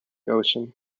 ocean